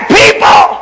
people